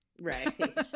right